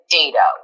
data